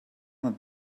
let